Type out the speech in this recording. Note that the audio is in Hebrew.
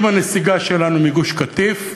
עם הנסיגה שלנו מגוש-קטיף,